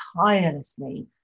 tirelessly